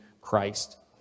Christ